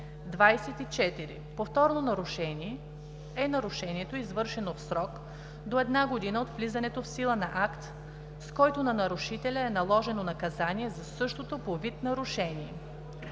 нарушение” е нарушението, извършено в срок до една година от влизането в сила на акт, с който на нарушителя е наложено наказание за същото по вид нарушение.